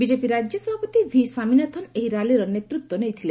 BJP ରାଜ୍ୟସଭାପତି V Saminathan ଏହି ର୍ୟାଲିର ନେତୃତ୍ୱ ନେଇଥିଲେ